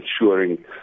ensuring